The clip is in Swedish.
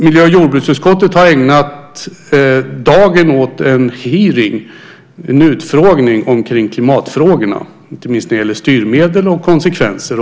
Miljö och jordbruksutskottet har ägnat dagen åt en utfrågning om klimatfrågorna, inte minst när det gäller styrmedel och konsekvenser.